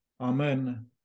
Amen